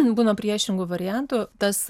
būna priešingų variantų tas